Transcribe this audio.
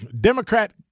Democrat